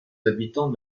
habitants